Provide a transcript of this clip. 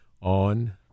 on